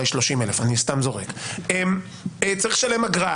אולי 30,000. צריך לשלם אגרה,